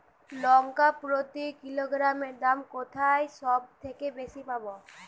লঙ্কা প্রতি কিলোগ্রামে দাম কোথায় সব থেকে বেশি পাব?